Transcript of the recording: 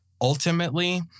ultimately